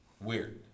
Weird